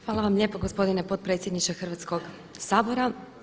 Hvala vam lijepa gospodine potpredsjedniče Hrvatskoga sabora.